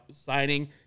signing